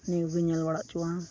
ᱩᱱᱤᱜᱮ ᱧᱮᱞᱵᱟᱲᱟ ᱚᱪᱚᱣᱟᱱ